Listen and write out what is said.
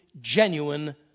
genuine